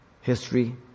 History